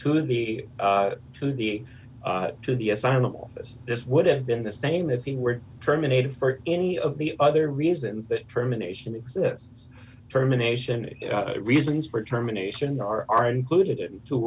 to the to the to the assignment office this would have been the same if he were terminated for any of the other reasons that determination exists terminations reasons for terminations are included and t